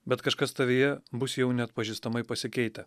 bet kažkas tavyje bus jau neatpažįstamai pasikeitę